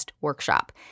workshop